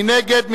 מי נגד?